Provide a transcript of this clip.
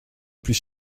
plus